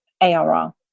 ARR